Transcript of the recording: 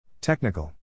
Technical